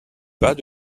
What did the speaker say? bas